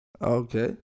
Okay